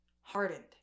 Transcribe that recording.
hardened